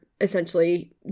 essentially